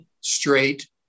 straight